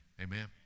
Amen